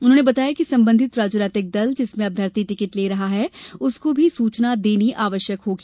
उन्होंने बताया कि संबंधित राजनैतिक दल जिसमें अभ्यर्थी टिकट ले रहा है को भी सूचना देना आवश्यक होगा